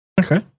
Okay